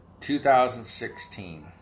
2016